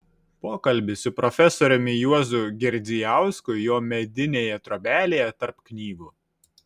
pokalbis su profesoriumi juozu girdzijausku jo medinėje trobelėje tarp knygų